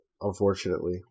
unfortunately